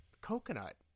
Coconut